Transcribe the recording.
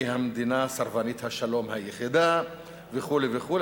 היא המדינה סרבנית השלום היחידה וכו' וכו'.